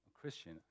Christian